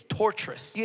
torturous